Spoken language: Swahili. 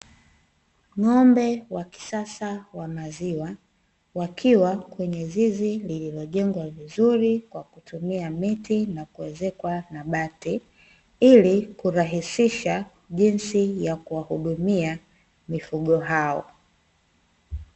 Ng'ombe wa kisasa wa maziwa, wakiwa kwenye zizi lililojengwa vizuri kwa kutumia miti na kuezekwa na bati, ili kurahisisha jinsi ya kuwahudumia mifugo hao.